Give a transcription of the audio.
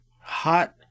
Hot